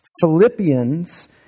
Philippians